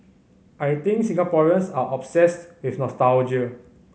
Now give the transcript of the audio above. I think Singaporeans are obsessed with nostalgia